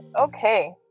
okay